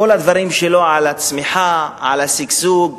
כל הדברים שלו על הצמיחה, על השגשוג,